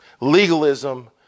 legalism